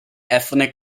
ethnic